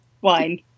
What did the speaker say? wine